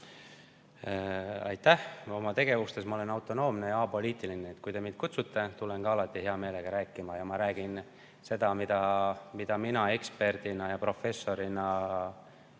Aitäh! Oma tegevuses ma olen autonoomne ja apoliitiline. Kui te mind kutsute, tulen alati hea meelega rääkima, ja ma räägin asjadest nii, nagu mina eksperdina ja professorina